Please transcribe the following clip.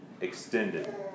extended